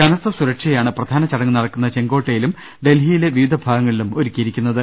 കനത്ത സുരക്ഷയാണ് പ്രധാന ചടങ്ങ് നടക്കുന്ന ചെങ്കോ ട്ടയിലും ഡൽഹിയിലെ വിവിധ ഭാഗങ്ങളിലും ഒരുക്കിയിരിക്കു ന്നത്